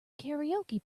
karaoke